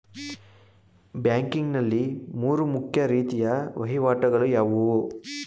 Banking ನಲ್ಲಿ ಮೂರು ಮುಖ್ಯ ರೀತಿಯ ವಹಿವಾಟುಗಳು ಯಾವುವು?